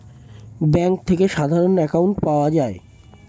bank থেকে সাধারণ account পাওয়া যায়